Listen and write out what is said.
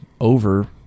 over